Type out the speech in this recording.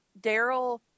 Daryl